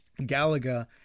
Galaga